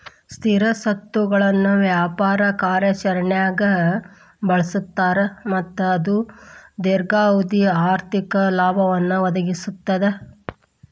ಸ್ಥಿರ ಸ್ವತ್ತುಗಳನ್ನ ವ್ಯಾಪಾರ ಕಾರ್ಯಾಚರಣ್ಯಾಗ್ ಬಳಸ್ತಾರ ಮತ್ತ ಅದು ದೇರ್ಘಾವಧಿ ಆರ್ಥಿಕ ಲಾಭವನ್ನ ಒದಗಿಸ್ತದ